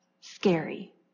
scary